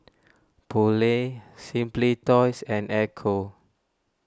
Poulet Simply Toys and Ecco